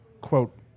quote